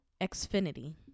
Xfinity